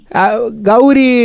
Gauri